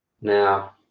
Now